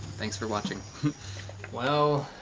thanks for watching well,